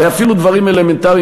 הרי אפילו דברים אלמנטריים,